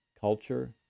culture